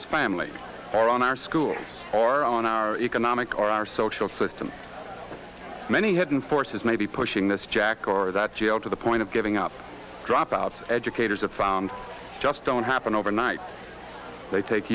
his family or on our schools or on our economic or our social system many hidden forces may be pushing this jack or that jail to the point of giving up dropouts educators have found just don't happen overnight they take